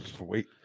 Wait